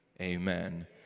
Amen